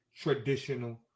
traditional